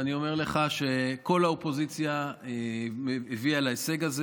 ואני אומר לך שכל האופוזיציה הביאה להישג הזה.